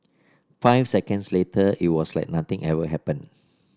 five seconds later it was like nothing ever happened